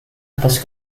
atas